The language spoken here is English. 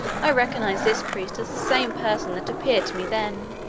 i recognize this priest as the same person that appeared to me then.